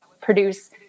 produce